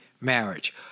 marriage